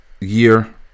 year